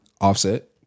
Offset